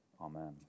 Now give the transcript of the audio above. Amen